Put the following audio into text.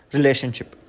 relationship